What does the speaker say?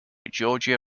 georgia